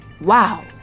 Wow